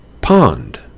pond